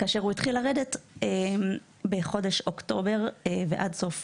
כאשר הוא התחיל לרדת בחודש אוקטובר ועד סוף